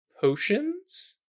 potions